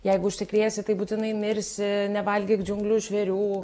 jeigu užsikrėsi tai būtinai mirsi nevalgyk džiunglių žvėrių